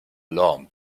loom